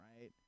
right